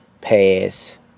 pass